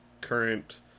current